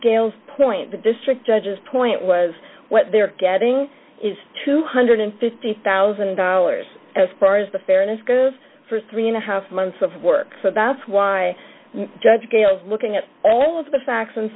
dale's point the district judges point was what they're getting is two hundred and fifty thousand dollars as far as the fairness goes for three and a half months of work so that's why judge scales looking at all of the facts and